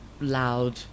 loud